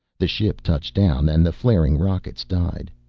the ship touched down and the flaring rockets died.